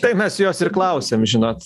tai mes jos ir klausiam žinot